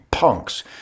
punks